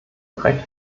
recht